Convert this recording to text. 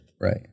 Right